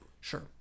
Sure